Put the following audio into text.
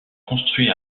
construit